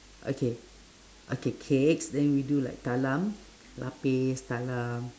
okay okay cakes then we do like talam lapis talam